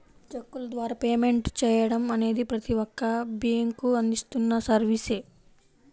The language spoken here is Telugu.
చెక్కుల ద్వారా పేమెంట్ చెయ్యడం అనేది ప్రతి ఒక్క బ్యేంకూ అందిస్తున్న సర్వీసే